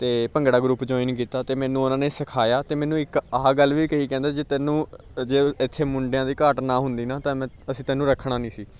ਅਤੇ bhangra group join ਕੀਤਾ ਅਤੇ ਮੈਨੂੰ ਉਹਨਾਂ ਨੇ ਸਿਖਾਇਆ ਅਤੇ ਮੈਨੂੰ ਇੱਕ ਆਹ ਗੱਲ ਵੀ ਕਹੀ ਕਹਿੰਦਾ ਜੇ ਤੈਨੂੰ ਜੇ ਇੱਥੇ ਮੁੰਡਿਆਂ ਦੀ ਘਾਟ ਨਾ ਹੁੰਦੀ ਨਾ ਤਾਂ ਮੈਂ ਅਸੀਂ ਤੈਨੂੰ ਰੱਖਣਾ ਨਹੀਂ ਸੀ